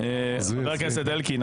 חבר הכנסת אלקין,